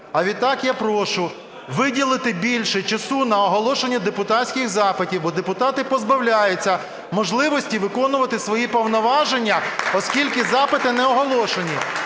А відтак я прошу виділити більше часу на оголошення депутатських запитів, бо депутати позбавляються можливості виконувати свої повноваження, оскільки запити не оголошені.